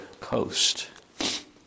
coast